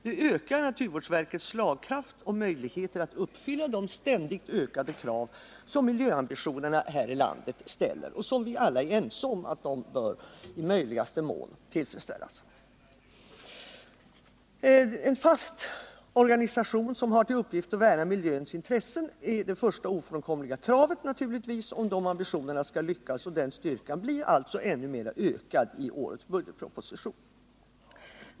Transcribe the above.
Nu ökar naturvårdsverkets slagkraft och dess möjligheter att uppfylla de ständigt ökade krav som miljöambitionerna här i landet ställer och som vi alla är ense om i möjligaste mån bör tillfredsställas. 5 En fast organisation som har till uppgift att värna om miljöns intressen är det första ofrånkomliga kravet, naturligtvis, om de ambitionerna skall lyckas. Den styrkan ökas alltså ännu mera i årets budgetproposition.